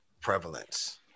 Prevalence